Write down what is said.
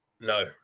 No